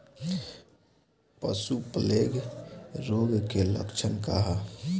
पशु प्लेग रोग के लक्षण का ह?